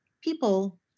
people